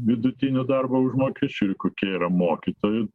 vidutiniu darbo užmokesčiu ir kokie yra mokytojų